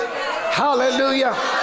Hallelujah